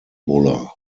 buller